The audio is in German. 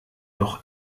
doch